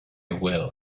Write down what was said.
will